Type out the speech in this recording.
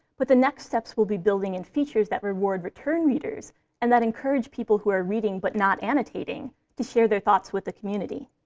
but the next steps will be building in features that reward return readers and that encourage people who are reading but not annotating to share their thoughts with the community.